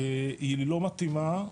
היא לא מתאימה,